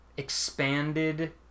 Expanded